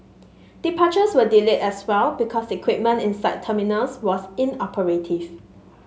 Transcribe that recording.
departures were delayed as well because equipment inside terminals was inoperative